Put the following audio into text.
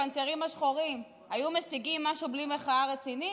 הפנתרים השחורים היו משיגים משהו בלי מחאה רצינית?